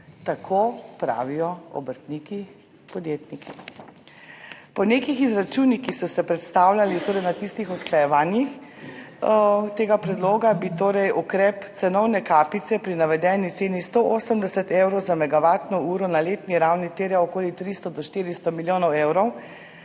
tako pravijo obrtniki, podjetniki. Po nekih izračunih, ki so se predstavljali na tistih usklajevanjih tega predloga, bi torej ukrep cenovne kapice pri navedeni ceni 180 evrov za megavatno uro na letni ravni terjal okoli 300 do 400 milijonov evrov